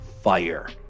fire